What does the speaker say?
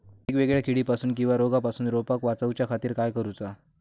वेगवेगल्या किडीपासून किवा रोगापासून रोपाक वाचउच्या खातीर काय करूचा?